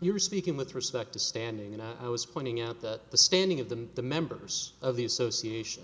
you're speaking with respect to standing and i was pointing out that the standing of the the members of the association